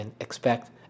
expect